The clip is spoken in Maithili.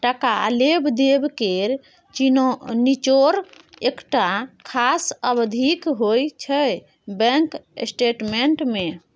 टका लेब देब केर निचोड़ एकटा खास अबधीक होइ छै बैंक स्टेटमेंट मे